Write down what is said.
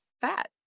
fat